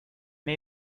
may